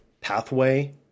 pathway